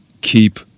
keep